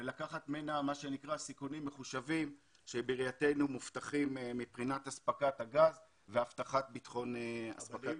אנחנו יכולים לקחת סיכונים מחושבים מבחינת אספקת הגז ואספקת החשמל.